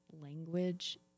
language